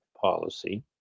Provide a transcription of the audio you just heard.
policy